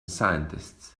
scientists